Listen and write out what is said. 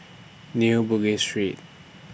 New Bugis Street